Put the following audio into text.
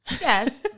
Yes